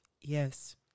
Yes